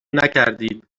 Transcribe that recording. نکردید